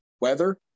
weather